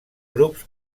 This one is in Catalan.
grups